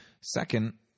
Second